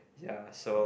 ya so